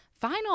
final